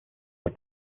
but